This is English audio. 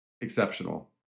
exceptional